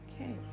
Okay